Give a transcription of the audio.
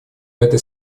этой